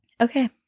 Okay